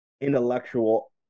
intellectual